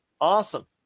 awesome